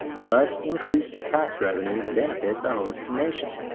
thus increased tax revenues benefit the host nation.